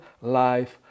life